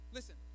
Listen